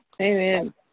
amen